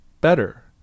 better